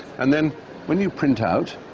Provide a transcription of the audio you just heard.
and then when you print out.